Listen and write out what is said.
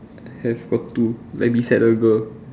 have got two like beside the girl